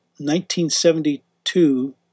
1972